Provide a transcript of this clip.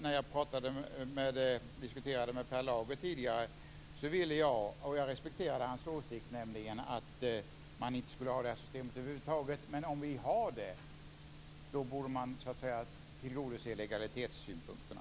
När jag diskuterade med Per Lager tidigare sade jag att jag inte ville - jag respekterade nämligen hans åsikt - att man skulle tillämpa detta system över huvud taget. Men om vi tillämpar detta system borde vi tillgodose lagalitetssynpunkterna.